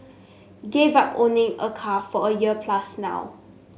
gave up owning a car for a year plus now